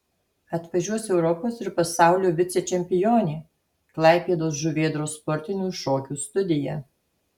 atvažiuos europos ir pasaulio vicečempionė klaipėdos žuvėdros sportinių šokių studija